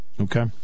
Okay